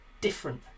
different